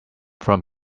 from